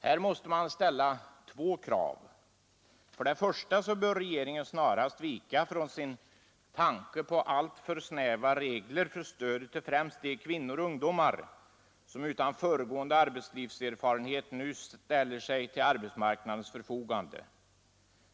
Här måste man ställa två krav: För det första bör regeringen snarast vika från sin tanke på alltför snäva regler för stödet till främst de kvinnor och ungdomar som utan föregående arbetslivserfarenhet nu ställer sig till arbetsmarknadens förfogande.